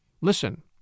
Listen